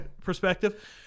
perspective